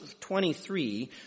23